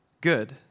good